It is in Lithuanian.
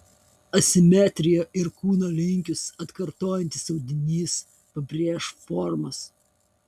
asimetrija ir kūno linkius atkartojantis audinys pabrėš formas